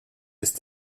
ist